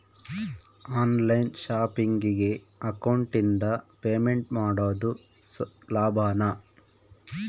On line ಶಾಪಿಂಗಿಗೆ ಅಕೌಂಟಿಂದ payment ಮಾಡೋದು ಲಾಭಾನ?